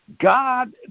God